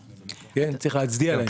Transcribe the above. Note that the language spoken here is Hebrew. צריך להצדיע להם.